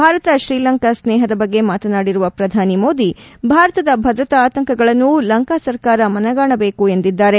ಭಾರತ ಶ್ರೀಲಂಕಾ ಸ್ನೇಹದ ಬಗ್ಗೆ ಮಾತನಾಡಿರುವ ಪ್ರಧಾನಿ ಮೋದಿ ಭಾರತದ ಭದ್ರತಾ ಆತಂಕಗಳನ್ನು ಲಂಕಾಸರ್ಕಾರ ಮನಗಾಣಬೇಕು ಎಂದಿದ್ದಾರೆ